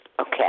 Okay